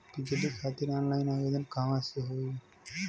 बिजली खातिर ऑनलाइन आवेदन कहवा से होयी?